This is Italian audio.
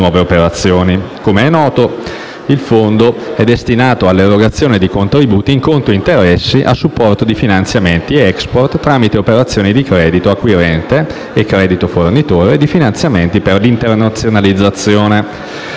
Com'è noto, il Fondo è destinato all'erogazione di contributi in conto interessi a supporto di finanziamenti *export* (tramite operazioni di credito acquirente e credito fornitore) e di finanziamenti per l'internazionalizzazione.